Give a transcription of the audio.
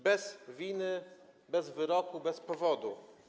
Bez winy, bez wyroku, bez powodu.